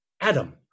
Adam